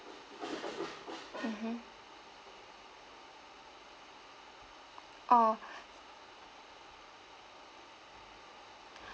mmhmm oh